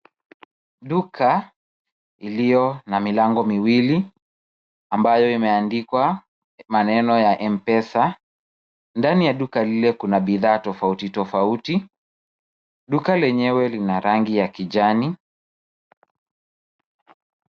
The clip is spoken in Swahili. Duka iliyo na milango miwili ambayo imeandikwa maneno ya M-Pesa. Ndani ya duka lile kuna bidhaa tofauti tofauti. Duka lenyewe lina rangi ya kijani.